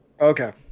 Okay